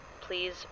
please